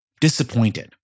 disappointed